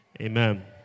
amen